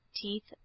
teeth,